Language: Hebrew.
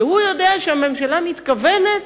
שהוא יודע שהממשלה מתכוונת